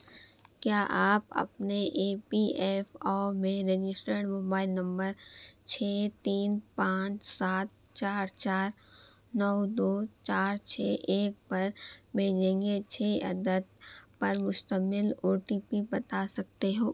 کیا آپ اپنے ای پی ایف او میں رجسٹرڈ موبائل نمبر چھ تین پانچ سات چار چار نو دو چار چھ ایک پر بھیجے گئے چھ عدد پر مشتمل او ٹی پی بتا سکتے ہو